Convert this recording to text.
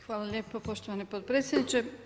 Hvala lijepo poštovani potpredsjedniče.